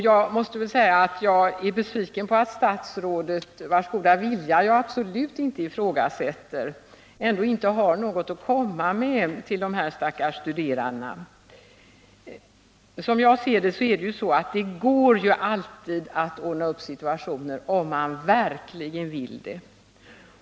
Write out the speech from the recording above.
Jag måste säga att jag är besviken över att statsrådet, vars goda vilja jag absolut inte ifrågasätter, ändå inte har något besked att ge till de stackars studerande som det gäller. Som jag ser det går det alltid att ordna upp situationer, om man verkligen vill det.